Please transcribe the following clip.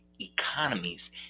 economies